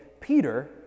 Peter